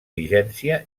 vigència